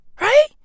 Right